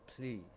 please